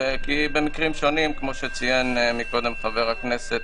אני חושב שבימים אלה, כששוב חוזר המתח לאזור